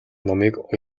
номыг